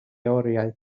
oriau